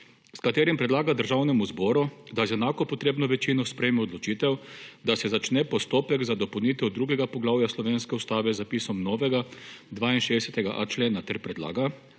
s katerim predlaga Državnemu zboru, da z enako potrebno večino sprejme odločitev, da se začne postopek za dopolnitev drugega poglavja slovenske ustave z zapisom novega 62.a člena, ter predlaga,